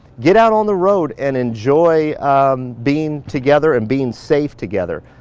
get out on the road and enjoy um being together and being safe together.